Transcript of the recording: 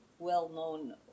well-known